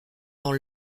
dans